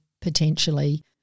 potentially